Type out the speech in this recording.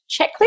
checklist